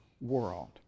world